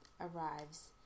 arrives